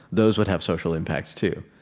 those would have social impacts too.